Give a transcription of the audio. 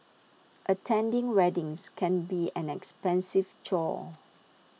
attending weddings can be an expensive chore